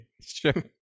Sure